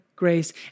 grace